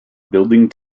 building